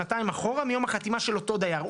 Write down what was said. שנתיים אחורה מיום החתימה של אותו דייר.